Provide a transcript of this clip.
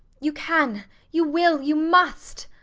you can you will you must.